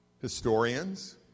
historians